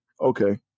Okay